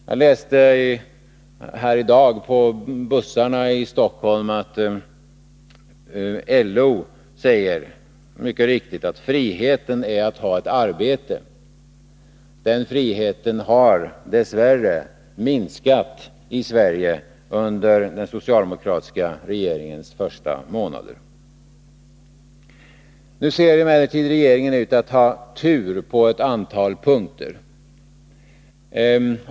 Jag läste på bussarna i Stockholm i dag att LO säger, mycket riktigt: ”Frihet är att ha ett arbete.” Den friheten har dess värre minskat i Sverige under den socialdemokratiska regeringens första månader. Nu ser emellertid regeringen ut att ha tur på ett antal punkter.